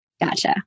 Gotcha